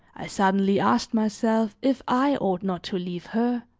i suddenly asked myself if i ought not to leave her,